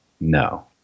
No